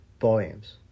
volumes